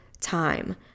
time